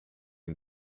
den